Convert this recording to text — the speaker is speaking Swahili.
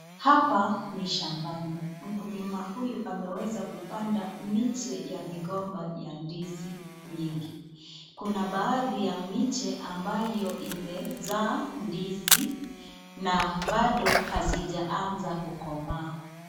Hapa ni shambani. Mkulima huyu ameweza kupanda miche ya migomba ya ndizi nyingi .Kuna baadhi ya miche ambayo imeweza kuzaa ndizi na bado hazijaanza kukomaa.